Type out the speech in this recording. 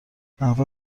نحوه